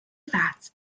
fats